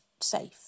safe